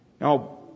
Now